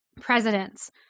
presidents